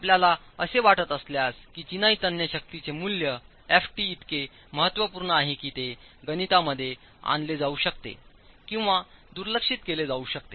आपल्याला असे वाटत असल्यास की चिनाई तन्य शक्तीचे मूल्य इतके महत्त्वपूर्ण आहे की ते गणितांमध्ये आणले जाऊ शकते किंवा दुर्लक्षित केले जाऊ शकते